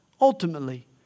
Ultimately